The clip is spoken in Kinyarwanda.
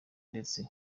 ndetse